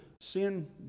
sin